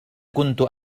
كنت